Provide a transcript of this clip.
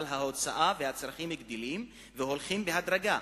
אבל ההוצאה והצרכים גדלים והולכים בהדרגה,